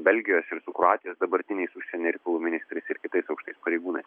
belgijos ir kroatijos dabartiniais užsienio reikalų ministrais ir kitais aukštais pareigūnais